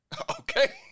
Okay